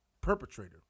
perpetrator